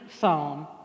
Psalm